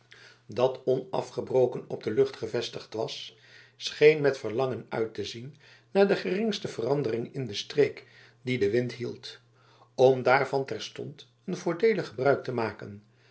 dat onafgebroken op de lucht gevestigd was scheen met verlangen uit te zien naar de geringste verandering in de streek die de wind hield om daarvan terstond een voordeelig gebruik te maken